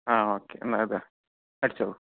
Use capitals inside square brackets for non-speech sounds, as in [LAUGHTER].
ആ ഓക്കേ എന്നത് [UNINTELLIGIBLE] അടിച്ചോളൂ